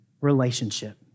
relationship